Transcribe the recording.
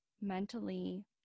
mentally